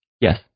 Yes